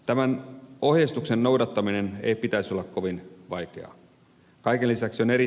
tämän ohjeistuksen noudattamisen ei pitäisi olla kovin vaikeaa